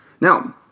Now